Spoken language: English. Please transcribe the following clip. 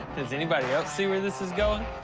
does anybody else see where this is going?